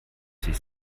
sich